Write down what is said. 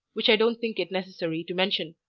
which i don't think it necessary to mention.